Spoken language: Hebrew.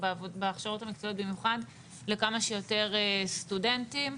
ובהכשרות המקצועיות במיוחד לכמה שיותר סטודנטים.